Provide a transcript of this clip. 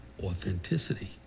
authenticity